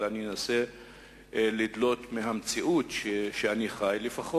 אבל אני אנסה לדלות מהמציאות שאני חי בה.